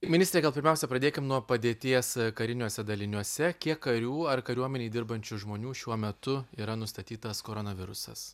ministre gal pirmiausia pradėkim nuo padėties kariniuose daliniuose kiek karių ar kariuomenėj dirbančių žmonių šiuo metu yra nustatytas koronavirusas